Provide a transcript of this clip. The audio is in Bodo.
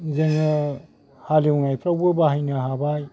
जोङो हालेवनावफ्रावबो बाहायनो हाबाय